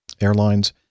Airlines